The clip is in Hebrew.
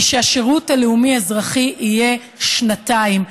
היא שהשירות הלאומי-אזרחי יהיה שנתיים.